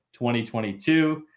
2022